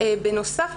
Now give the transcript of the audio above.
בנוסף,